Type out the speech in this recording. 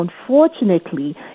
unfortunately